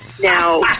Now